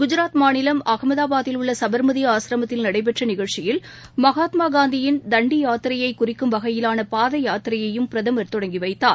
குஜராத் மாநிலம் அகமதாபாத்தில் உள்ள சபா்மதி ஆஸ்ரமத்தில் நடைபெற்ற நிகழ்ச்சியில் மகாத்மா காந்தியின் தண்டி யாத்திரையை குறிக்கும் வகையிலான பாத யாத்திரையையும் பிரதமர் தொடங்கி வைத்தார்